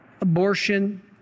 Abortion